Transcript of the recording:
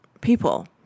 people